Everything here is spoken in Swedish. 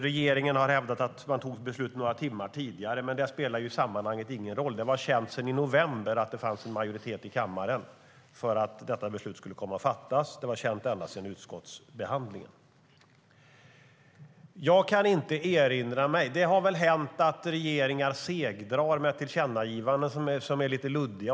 Regeringen har hävdat att man tog beslutet några timmar tidigare, men det spelar ingen roll i sammanhanget eftersom det var känt sedan i november att det fanns en majoritet i kammaren för att fatta detta beslut. Det var känt ända sedan utskottsbehandlingen. Alla regeringar har säkert segdragit på tillkännagivanden som är lite luddiga.